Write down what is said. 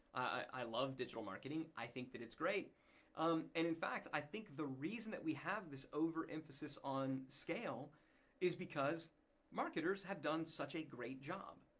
i love digital marketing. i think that it's great um and in fact, i think the reason that we have this over emphasis on scale is because marketers have done such a great job.